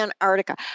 Antarctica